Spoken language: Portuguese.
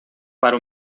para